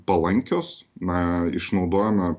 palankios na išnaudojome